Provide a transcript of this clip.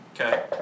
Okay